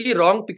wrong